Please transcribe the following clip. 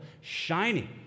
shining